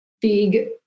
big